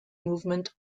movement